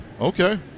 Okay